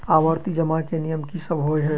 आवर्ती जमा केँ नियम की सब होइ है?